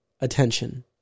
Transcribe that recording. attention